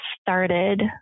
started